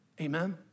Amen